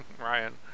Ryan